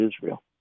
Israel